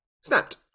Snapped